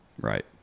Right